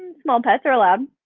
small pets are allowed.